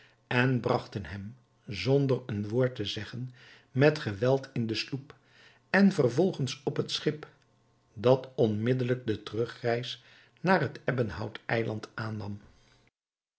en bragten hem zonder een woord te zeggen met geweld in de sloep en vervolgens op het schip dat onmiddelijk de terugreis naar het ebbenhout eiland aannam